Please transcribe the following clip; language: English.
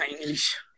English